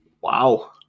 Wow